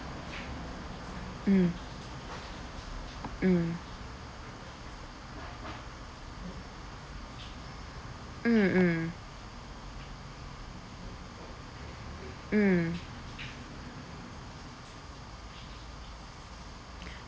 mm mm mm mm mm